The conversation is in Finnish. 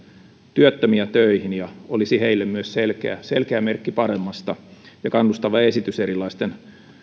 työttömiä töihin ja olisi heille myös selkeä selkeä merkki paremmasta ja kannustava esitys erilaisten